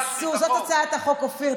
זאת הצעת החוק, אופיר.